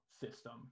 system